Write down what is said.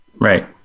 Right